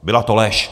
Byla to lež.